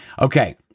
Okay